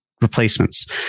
replacements